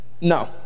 No